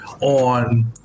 on